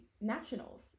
nationals